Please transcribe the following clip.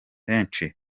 henshi